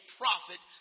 prophet